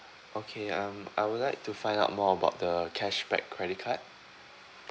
okay um I would like to find out more about the cashback credit card